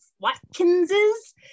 Watkinses